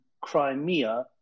Crimea